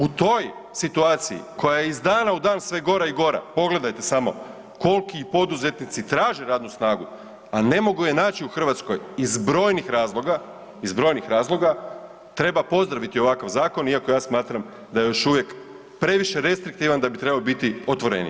U toj situaciji koja je iz dana u dan sve gora i gora, pogledajte samo koliki poduzetnici traže radnu snagu, a ne mogu je naći u Hrvatskoj iz brojnih razloga, iz brojnih razloga, treba pozdraviti ovakav zakon, iako ja smatram da je još uvijek restriktivan, da bi trebao biti otvoreniji.